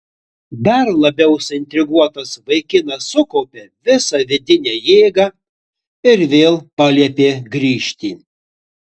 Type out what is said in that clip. dar labiau suintriguotas vaikinas sukaupė visą vidinę jėgą ir vėl paliepė grįžti